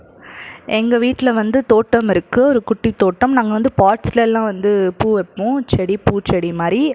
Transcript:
எங்கள் வீட்டில் வந்து தோட்டம் இருக்குது ஒரு குட்டி தோட்டம் நாங்கள் வந்து பாட்ஸ்லெல்லாம் வந்து பூ வைப்போம் செடி பூச்செடி மாதிரி